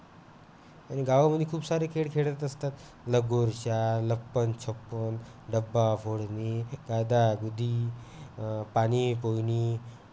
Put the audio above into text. आणि गावामध्ये खूप सारे खेळ खेळत असतात लगोरच्याा लप्पन छप्पन डब्बा फोडणी कायदा गुदी पाणी पोयणी